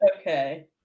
Okay